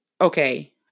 okay